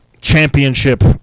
championship